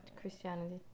Christianity